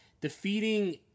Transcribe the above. defeating